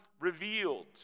revealed